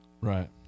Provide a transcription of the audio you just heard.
Right